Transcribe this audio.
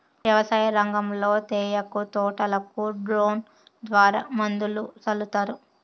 వ్యవసాయ రంగంలో తేయాకు తోటలకు డ్రోన్ ద్వారా మందులు సల్లుతారు